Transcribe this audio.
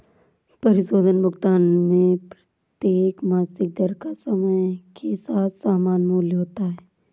परिशोधन भुगतान में प्रत्येक मासिक दर का समय के साथ समान मूल्य होता है